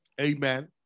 amen